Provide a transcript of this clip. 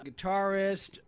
guitarist